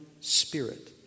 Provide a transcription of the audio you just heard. spirit